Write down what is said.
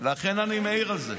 לכן אני מעיר על זה.